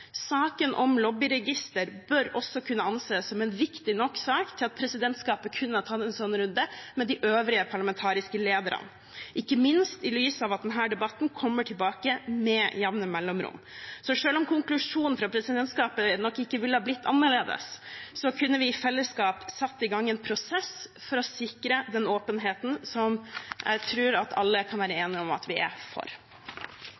Saken om lobbyregister bør også kunne anses som en viktig nok sak til at presidentskapet kunne tatt en sånn runde med de øvrige parlamentariske lederne – ikke minst i lys av at denne debatten kommer tilbake med jevne mellomrom. Så selv om konklusjonen fra presidentskapet nok ikke ville blitt annerledes, kunne vi i fellesskap satt i gang en prosess for å sikre den åpenheten som jeg tror vi alle kan være enige om at vi er